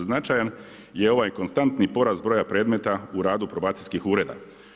Značajan je ovaj konstantan porast broja predmeta u radu probacijskih ureda.